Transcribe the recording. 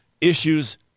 issues